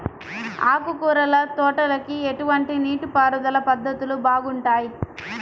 ఆకుకూరల తోటలకి ఎటువంటి నీటిపారుదల పద్ధతులు బాగుంటాయ్?